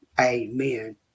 Amen